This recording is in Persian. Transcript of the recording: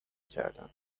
کردن